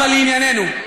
אבל לענייננו.